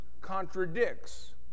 contradicts